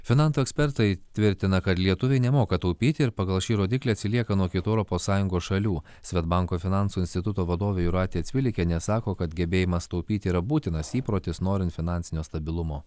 finansų ekspertai tvirtina kad lietuviai nemoka taupyti ir pagal šį rodiklį atsilieka nuo kitų europos sąjungos šalių svedbank finansų instituto vadovė jūratė cvilikienė sako kad gebėjimas taupyti yra būtinas įprotis norint finansinio stabilumo